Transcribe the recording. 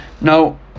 Now